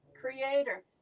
creator